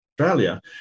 Australia